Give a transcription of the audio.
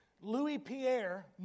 Louis-Pierre